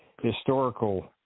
historical